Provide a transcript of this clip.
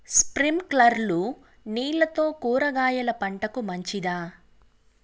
స్ప్రింక్లర్లు నీళ్లతో కూరగాయల పంటకు మంచిదా?